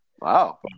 Wow